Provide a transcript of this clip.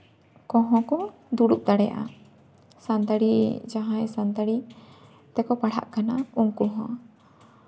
ᱠᱚᱦᱚᱸ ᱠᱚ ᱫᱩᱲᱩᱵ ᱫᱟᱲᱮᱭᱟᱜᱼᱟ ᱥᱟᱱᱛᱟᱲᱤ ᱡᱟᱦᱟᱸᱟᱜ ᱥᱟᱱᱛᱟᱲᱤ ᱛᱮᱠᱚ ᱯᱟᱲᱦᱟᱜ ᱠᱟᱱᱟ ᱩᱱᱠᱩ ᱦᱚᱸ